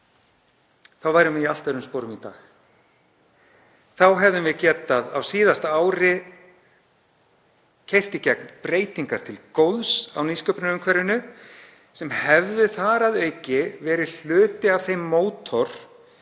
þá værum við í allt öðrum sporum í dag. Þá hefðum við á síðasta ári getað keyrt í gegn breytingar til góðs á nýsköpunarumhverfinu sem hefðu þar að auki verið hluti af þeim mótor